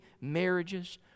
marriages